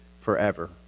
forever